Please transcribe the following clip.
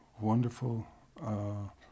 wonderful